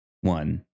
one